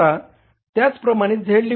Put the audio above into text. आता त्याचप्रमाणे Z